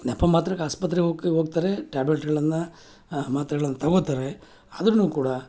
ನೆಪ ಮಾತ್ರಕ್ಕೆ ಆಸ್ಪತ್ರೆಗೆ ಓಕೆ ಹೋಗ್ತಾರೆ ಟ್ಯಾಬ್ಲೆಟ್ಗಳನ್ನು ಮಾತ್ರೆಗಳನ್ನ ತಗೊಳ್ತಾರೆ ಆದ್ರೂ ಕೂಡ